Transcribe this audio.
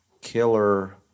killer